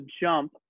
jump